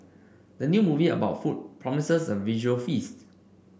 the new movie about food promises a visual feast